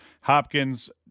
Hopkins